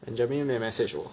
Benjamin 没有 message 我